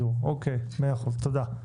מאה אחוז, תודה.